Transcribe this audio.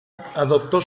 adoptó